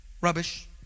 rubbish